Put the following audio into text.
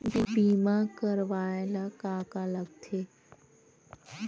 बीमा करवाय ला का का लगथे?